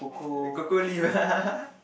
err cocoa leaf